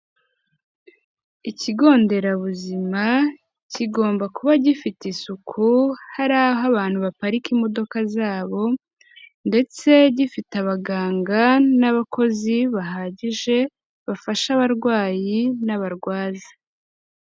Ikigo nderabuzima kigomba kuba gifite isuku hari aho abantu baparika imodoka zabo ndetse gifite abaganga n'abakozi bahagije bafasha abarwayi n'abarwaza.